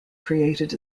created